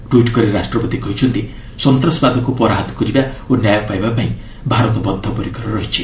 tweet କରି ରାଷ୍ଟ୍ରପତି କହିଛନ୍ତି ସନ୍ତାସବାଦକୁ ପରାହତ କରିବା ଓ ନ୍ୟାୟ ପାଇବାପାଇଁ ଭାରତ ବଦ୍ଧପରିକର ରହିଛି